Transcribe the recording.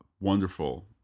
wonderful